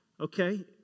Okay